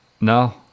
No